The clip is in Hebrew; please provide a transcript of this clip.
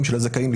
המרכזית.